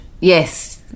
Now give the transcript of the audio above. yes